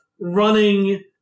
running